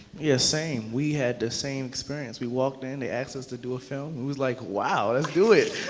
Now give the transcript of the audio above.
yeah, same. we had the same experience. we walked in, they asked us to do a film. it was like, wow, let's do it.